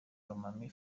lomami